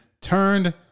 turned